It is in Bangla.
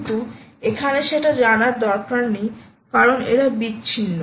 কিন্তু এখানে সেটা জানার দরকার নেই কারণ এরা বিচ্ছিন্ন